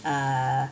err